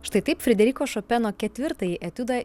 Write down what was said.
štai taip frederiko šopeno ketvirtąjį etiudą